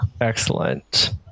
Excellent